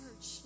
church